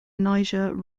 niger